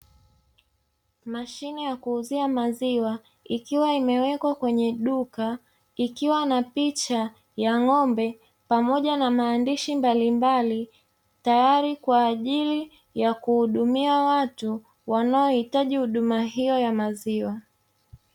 Mashine ya kuuzia maziwa ikiwa imewekwa kwenye duka ikiwa na picha ya ng'ombe, pamoja na maandishi mbalimbali tayari kwa ajili ya kuhudumia watu wanaohitaji huduma hiyo ya maziwa.